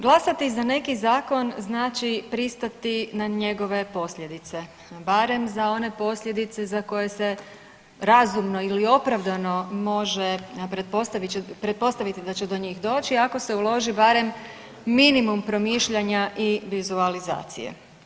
Glasati za neki zakon znači pristati na njegove posljedice, barem za one posljedice za koje se razumno ili opravdano može pretpostaviti da će do njih doći ako se uloži barem minimum promišljanja i vizualizacije.